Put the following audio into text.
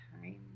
time